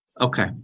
Okay